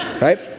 Right